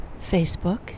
Facebook